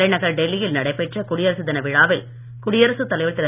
தலைநகர் டெல்லியில் நடைபெற்ற குடியரசுத் தின விழாவில் குடியரசுத் தலைவர் திரு